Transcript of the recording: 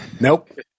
Nope